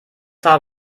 habe